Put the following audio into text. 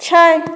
छै